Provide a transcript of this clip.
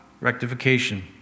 rectification